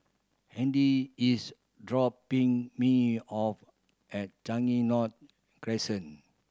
Hedy is dropping me off at Changi North Crescent